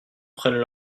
prennent